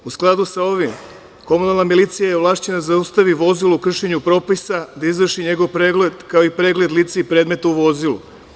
U skladu sa ovim komunalna milicija je ovlašćena da zaustavi vozilo u kršenju propisa, da izvrši njegovo pregled, kao i pregled lica i predmeta u vozilu.